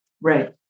Right